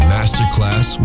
Masterclass